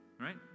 right